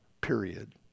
Period